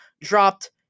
dropped